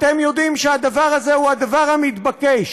אתם יודעים שהדבר הזה הוא הדבר המתבקש.